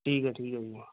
ਠੀਕ ਹੈ ਠੀਕ ਹੈ ਜੀ